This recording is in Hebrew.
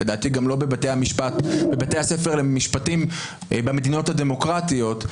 לדעתי גם לא בבתי הספר למשפטים במדינות הדמורקטיות,